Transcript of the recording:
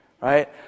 right